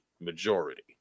majority